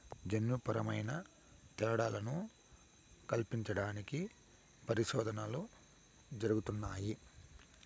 జన్యుపరమైన తేడాలను కల్పించడానికి పరిశోధనలు జరుగుతున్నాయి